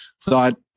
thought